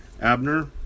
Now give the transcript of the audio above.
Abner